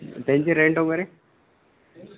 त्यांचे रेन्ट वगैरे